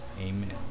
Amen